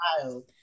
child